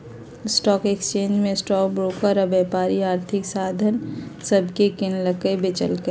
stock exchange में stock broker आऽ व्यापारी आर्थिक साधन सभके किनलक बेचलक